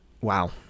wow